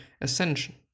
ascension